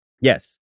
Yes